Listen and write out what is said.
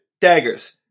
daggers